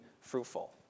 fruitful